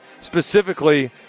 specifically